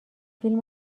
فیلم